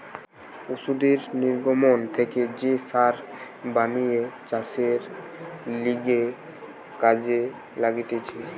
পশুদের নির্গমন থেকে যে সার বানিয়ে চাষের লিগে কাজে লাগতিছে